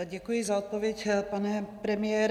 Děkuji za odpověď, pane premiére.